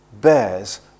bears